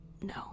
No